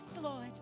Lord